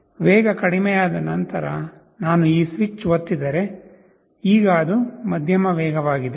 ವೇಗ ಕಡಿಮೆಯಾದ ನಂತರ ನಾನು ಈ ಸ್ವಿಚ್ ಒತ್ತಿದರೆ ಈಗ ಅದು ಮಧ್ಯಮ ವೇಗವಾಗಿದೆ